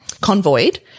convoyed